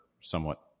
somewhat